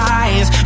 eyes